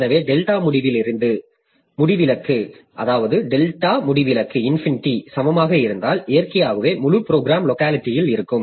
எனவே டெல்டா முடிவிலிக்கு சமமாக இருந்தால் இயற்கையாகவே முழு ப்ரோக்ராம் லோக்காலிட்டில் இருக்கும்